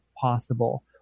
possible